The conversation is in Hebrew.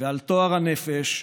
ועל טוהר הנפש.